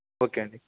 okay అండీ